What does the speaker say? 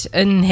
Een